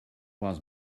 was